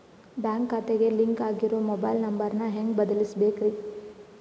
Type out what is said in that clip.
Bank ಖಾತೆಗೆ link ಆಗಿರೋ mobile number ನ ಹೆಂಗ್ ಬದಲಿಸಬೇಕ್ರಿ?